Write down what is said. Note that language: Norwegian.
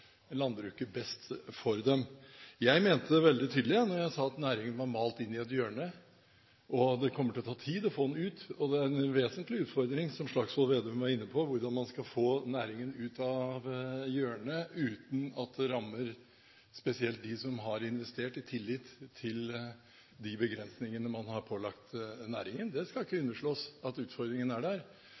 best for dem. Jeg mente det veldig tydelig da jeg sa at næringen var malt inn i et hjørne, og det kommer til å ta tid å få den ut. Det er en vesentlig utfordring, som Slagsvold Vedum var inne på, hvordan man skal få næringen ut av hjørnet uten at det rammer spesielt dem som har investert i tillit til de begrensningene man har pålagt næringen – det skal ikke underslås at utfordringen er der.